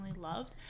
loved